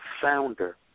founder